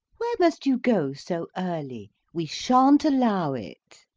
where must you go so early? we shan't allow it.